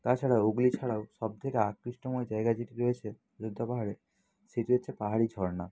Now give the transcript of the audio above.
তাছাড়াও ওগুলি ছাড়াও সব থেকে আকৃষ্টময় জায়গা যেটি রয়েছে অযোধ্যা পাহাড়ে সেটি হচ্ছে পাহাড়ি ঝর্না